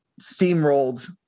steamrolled